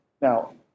Now